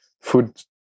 food